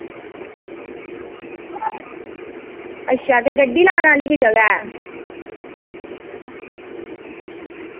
अच्छा ते गड्डी लानै आह्ली जगह बी ऐ